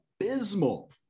abysmal